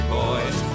boys